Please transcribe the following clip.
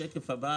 השקף הבא